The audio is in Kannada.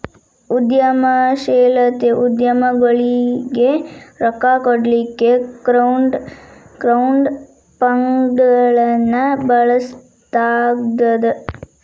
ಉದ್ಯಮಶೇಲತೆ ಉದ್ಯಮಗೊಳಿಗೆ ರೊಕ್ಕಾ ಕೊಡ್ಲಿಕ್ಕೆ ಕ್ರೌಡ್ ಫಂಡ್ಗಳನ್ನ ಬಳಸ್ಲಾಗ್ತದ